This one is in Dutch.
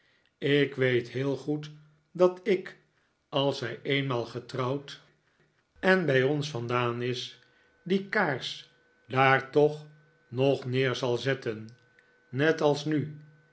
ik weet heel goed dat ik als zij eenmaal getrouwd en bij ons vandaan is die kaars daar toch nog neer zal zetten net als nu